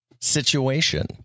situation